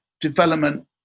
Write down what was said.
development